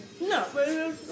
No